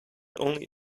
only